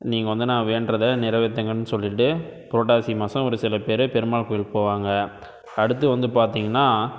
நீங்கள் வந்து நான் வேண்டுகிறத நிறைவேற்றுங்கன்னு சொல்லிவிட்டு புரட்டாசி மாதம் ஒரு சில பேர் பெருமாள் கோயிலுக்கு போவாங்க அடுத்து வந்து பார்த்திங்கன்னா